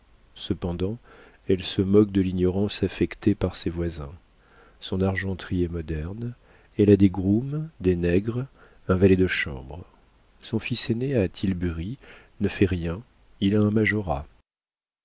cependant elle se moque de l'ignorance affectée par ses voisins son argenterie est moderne elle a des grooms des nègres un valet de chambre son fils aîné a tilbury ne fait rien il a un majorat